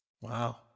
Wow